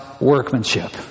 workmanship